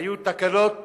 היו תקלות